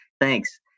thanks